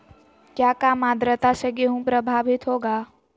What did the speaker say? क्या काम आद्रता से गेहु प्रभाभीत होगा?